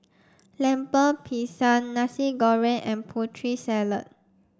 Lemper Pisang Nasi Goreng and Putri Salad